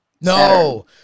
No